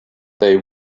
they